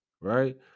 Right